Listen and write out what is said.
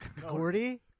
Gordy